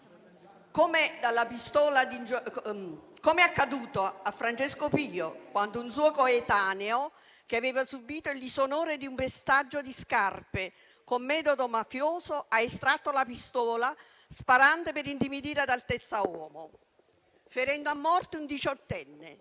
com'è accaduto a Francesco Pio, quando un suo coetaneo, che aveva subito il disonore di un pestaggio di scarpe, con metodo mafioso ha estratto la pistola, sparando per intimidire ad altezza uomo, ferendo a morte un diciottenne.